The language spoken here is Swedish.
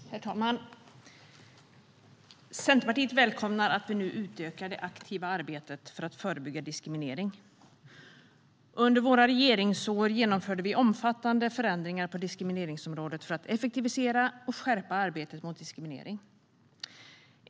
Herr talman! Centerpartiet välkomnar att vi nu utökar det aktiva arbetet för att förebygga diskriminering. Under våra regeringsår genomförde vi omfattande förändringar på diskrimineringsområdet för att effektivisera och skärpa arbetet mot diskriminering.